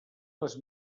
les